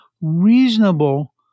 reasonable